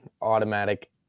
Automatic